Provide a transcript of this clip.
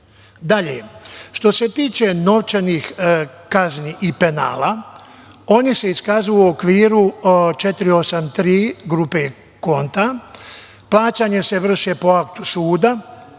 što se tiče novčanih kazni i penala, one se iskazuju u okviru 483 grupe konta, plaćanja se vrše po aktu suda